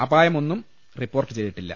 അപായമൊന്നും report ചെയ്തിട്ടില്ല